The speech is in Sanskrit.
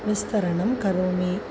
वितरणं करोमि